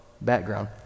background